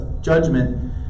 judgment